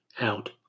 out